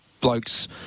Blokes